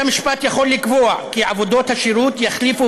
בית המשפט יכול לקבוע כי עבודות השירות יחליפו